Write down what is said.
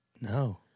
No